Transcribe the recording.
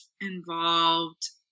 involved